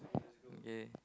okay